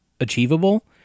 achievable